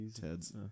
Ted's